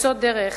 למצוא דרך